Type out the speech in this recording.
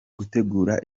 gutegura